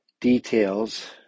details